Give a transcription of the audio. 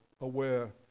aware